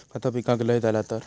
खता पिकाक लय झाला तर?